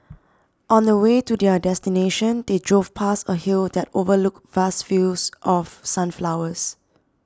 on the way to their destination they drove past a hill that overlooked vast fields of sunflowers